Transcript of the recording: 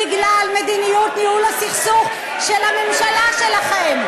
בגלל מדיניות ניהול הסכסוך של הממשלה שלכם.